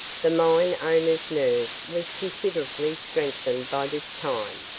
the mine owner's nerve was considerably strengthened by this time,